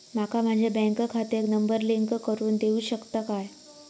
माका माझ्या बँक खात्याक नंबर लिंक करून देऊ शकता काय?